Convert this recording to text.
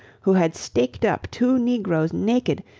who had staked up two negroes naked,